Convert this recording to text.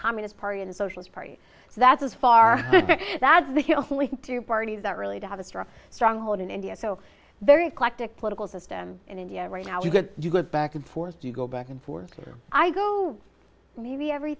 communist party and socialist party that's as far as the hill only two parties that really do have a strong stronghold in india so very eclectic political system in india right now because you go back and forth you go back and forth i go maybe every